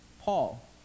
Paul